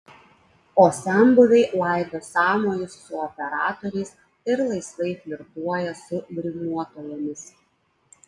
o senbuviai laido sąmojus su operatoriais ir laisvai flirtuoja su grimuotojomis